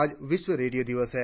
आज विश्व रेडियों दिवस है